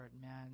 man